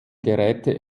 geräte